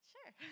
Sure